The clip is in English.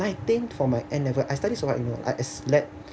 nineteen for my N level I study so hard you know I slept